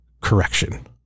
Correction